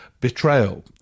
betrayal